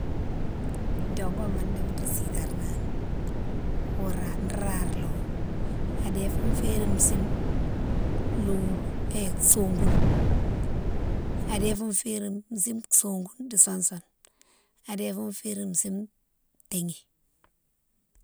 Dongoma dimo nro sitana ni wou rare, nro rare lé wo, adéfounne férine u'sime loulou é sogounne, adéfoune férine u'sime sogounne di sousoune, adéfoune férine u'sime taghi.